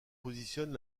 positionne